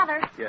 Yes